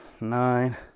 nine